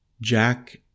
Jack